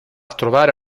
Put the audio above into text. trovare